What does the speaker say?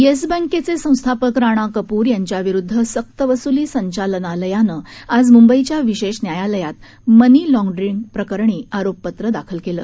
yes बँकेचे संस्थापक राणा कपूर यांच्याविरुद्ध सक्तवसूली संचालनालयाने आज मुंबईच्या विशेष न्यायालयात मनी लाँडरिंग प्रकरणी आरोपपत्र दाखल केलं